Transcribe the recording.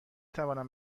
توانم